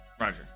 Roger